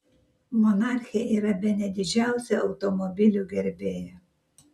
monarchė yra bene didžiausia automobilių gerbėja